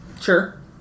Sure